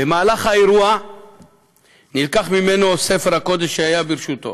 במהלך האירוע נלקח ממנו ספר קודש שהיה ברשותו.